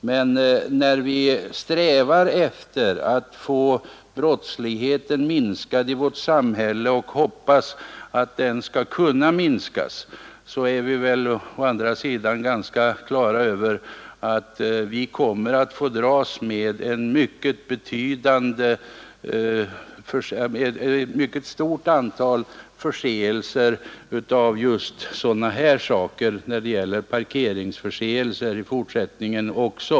Men när vi strävar efter att få brottsligheten minskad i vårt samhälle och när vi hoppas att den skall kunna minskas, är vi väl samtidigt på det klara med att vi kommer att få dras med ett mycket stort antal förseelser mot parkeringsbestämmelserna i fortsättningen också.